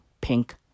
pink